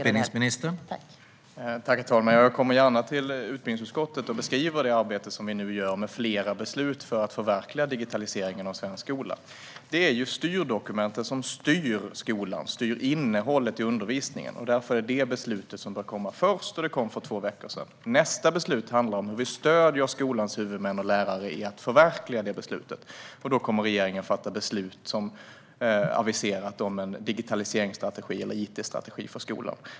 Herr talman! Jag kommer gärna till utbildningsutskottet och beskriver det arbete som vi nu gör. Det är fråga om flera beslut för att förverkliga digitaliseringen av svensk skola. Det är ju styrdokumenten som styr skolan och styr innehållet i undervisningen. Därför är detta det beslut som bör komma först, och det kom för två veckor sedan. Nästa beslut handlar om hur vi stöder skolans huvudmän och lärare i förverkligandet av det beslutet. Regeringen kommer som aviserat att fatta beslut om en digitaliseringsstrategi eller it-strategi för skolan.